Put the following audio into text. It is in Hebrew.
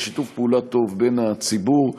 ששיתוף פעולה טוב בין הציבור,